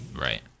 right